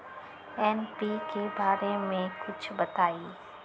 NPK बारे म कुछ बताई?